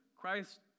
Christ